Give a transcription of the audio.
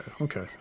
okay